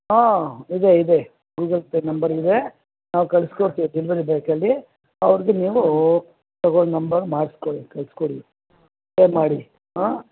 ಹ್ಞೂ ಇದೆ ಇದೆ ಗೂಗಲ್ ಪೇ ನಂಬರ್ ಇದೆ ನಾವು ಕಳ್ಸಿ ಕೊಡ್ತೀವಿ ಡೆಲಿವರಿ ಬಾಯ್ ಕೈಲಿ ಅವ್ರಿಗೆ ನೀವು ಮೊಬೈಲ್ ನಂಬರ್ ಮಾಡಿಸಿಕೊಳ್ಳಿ ಕಳಿಸ್ಕೊಳ್ಳಿ ಫೋನ್ ಮಾಡಿ ಹಾಂ